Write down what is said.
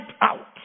out